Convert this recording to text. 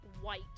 white